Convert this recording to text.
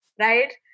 right